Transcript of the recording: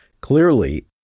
Clearly